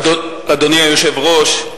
אדוני היושב-ראש,